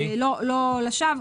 לא לשווא,